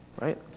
Right